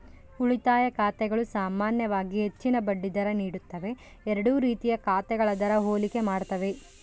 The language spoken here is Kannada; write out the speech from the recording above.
ಉಳಿತಾಯ ಖಾತೆಗಳು ಸಾಮಾನ್ಯವಾಗಿ ಹೆಚ್ಚಿನ ಬಡ್ಡಿ ದರ ನೀಡುತ್ತವೆ ಎರಡೂ ರೀತಿಯ ಖಾತೆಗಳ ದರ ಹೋಲಿಕೆ ಮಾಡ್ತವೆ